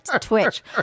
twitch